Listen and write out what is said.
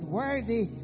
worthy